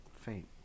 faint